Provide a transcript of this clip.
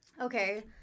Okay